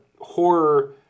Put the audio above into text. horror